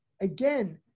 Again